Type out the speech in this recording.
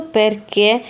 perché